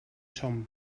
som